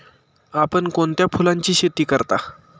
आपण कोणत्या फुलांची शेती करता?